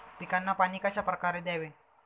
पिकांना पाणी कशाप्रकारे द्यावे?